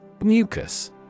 Mucus